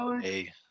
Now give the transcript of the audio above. Hey